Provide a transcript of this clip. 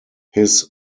his